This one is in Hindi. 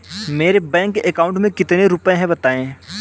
मेरे बैंक अकाउंट में कितने रुपए हैं बताएँ?